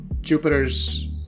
Jupiter's